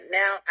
now